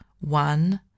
one